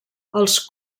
els